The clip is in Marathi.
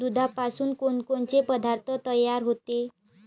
दुधापासून कोनकोनचे पदार्थ तयार होते?